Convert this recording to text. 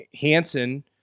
Hanson